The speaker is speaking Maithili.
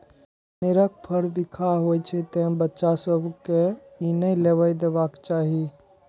कनेरक फर बिखाह होइ छै, तें बच्चा सभ कें ई नै लेबय देबाक चाही